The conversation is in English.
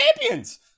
champions